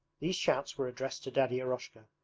these shouts were addressed to daddy eroshka,